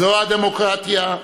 זו הדמוקרטיה,